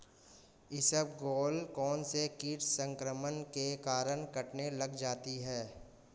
इसबगोल कौनसे कीट संक्रमण के कारण कटने लग जाती है?